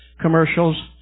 commercials